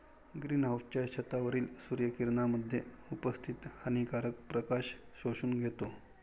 green हाउसच्या छतावरील सूर्य किरणांमध्ये उपस्थित हानिकारक प्रकाश शोषून घेतो